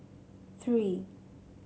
three